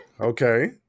Okay